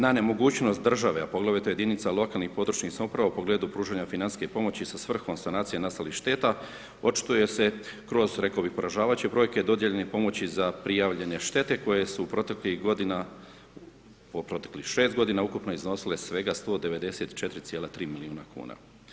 Na nemogućnost države, a poglavito jedinica lokalne i područne samouprava u pogledu pružanja financijske pomoći sa svrhom sanacije nastalih šteta očituje se kroz, rekao bih poražavajuće brojke dodijeljene pomoći za prijavljene štete, koje su proteklih godina, po proteklih 6 godina ukupno iznosile 194,3 milijuna kuna.